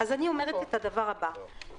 אני אומרת את הדבר הבא: